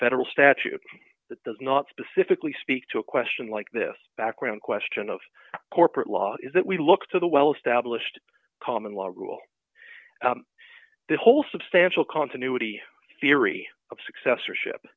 federal statute that does not specifically speak to a question like this background question of corporate law is that we look to the well established common law rule the whole substantial continuity theory of successorship